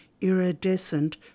iridescent